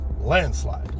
landslide